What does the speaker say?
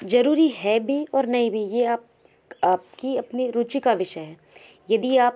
जरुरी है भी और नहीं भी ये आपकी अपनी रूचि का विषय है यदि आप